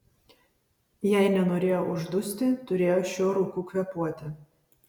jei nenorėjo uždusti turėjo šiuo rūku kvėpuoti